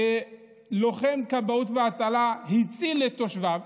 כשלוחם כבאות והצלה הציל את תושביו,